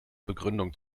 begründung